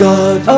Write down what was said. God